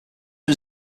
was